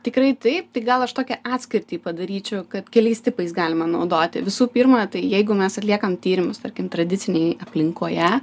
tikrai taip tik gal aš tokią atskirtį padaryčiau kad keliais tipais galima naudoti visų pirma tai jeigu mes atliekam tyrimus tarkim tradicinėj aplinkoje